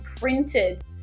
printed